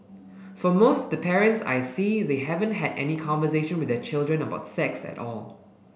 for most the parents I see they haven't had any conversation with their children about sex at all